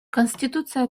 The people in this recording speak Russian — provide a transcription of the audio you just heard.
конституция